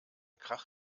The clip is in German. krach